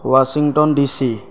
Washington DC